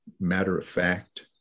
matter-of-fact